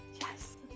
Yes